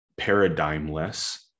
paradigmless